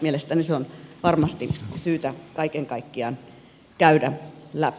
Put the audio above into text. mielestäni se on varmasti syytä kaiken kaikkiaan käydä läpi